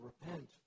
repent